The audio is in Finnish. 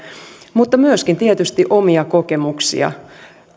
mutta myöskin tietysti omia kokemuksia